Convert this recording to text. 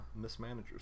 mismanagers